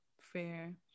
fair